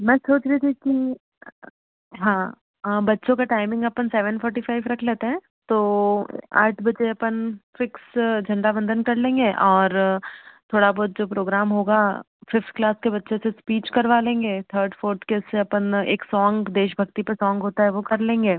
मैं सोच रही थी कि हाँ हाँ बच्चों का टाइमिंग अपन सेवेन फ़ोर्टी फ़ाइव रख लेते हैं तो आठ बजे अपन फ़िक्स झण्डा बंधन कर लेंगे और थोड़ा बहुत जो प्रोग्राम होगा फ़िफ्त क्लास के बच्चे से इस्पीच करवा लेंगे थर्ड फ़ोर्थ के से अपन एक सॉन्ग देशभक्ति पर सॉन्ग होता है वो कर लेंगे